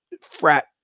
frat